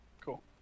Cool